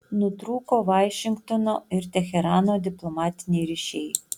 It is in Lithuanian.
nutrūko vašingtono ir teherano diplomatiniai ryšiai